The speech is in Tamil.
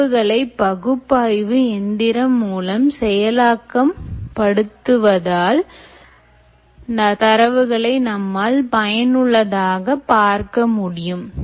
தரவுகளை பகுப்பாய்வு எந்திரம் மூலம் செயலாக்கம் படுத்துவதால் தரவுகளை நம்மால் பயனுள்ளதாக பார்க்க முடியும்